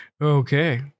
Okay